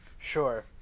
Sure